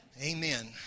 Amen